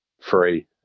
free